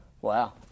Wow